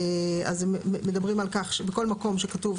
אז מדברים על כך בכל מקום שכתוב,